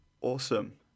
Awesome